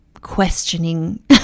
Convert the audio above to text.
questioning